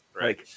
right